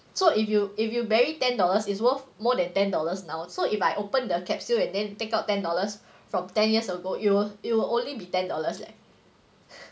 so if you if you bury ten dollars is worth more than ten dollars now so if I open the capsule and then take out ten dollars from ten years ago it'll it'll only be ten dollars leh